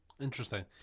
Interesting